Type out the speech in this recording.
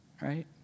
right